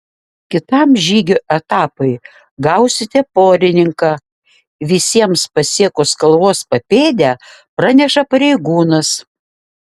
kitam žygių etapui gausite porininką visiems pasiekus kalvos papėdę praneša pareigūnas